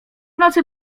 nocy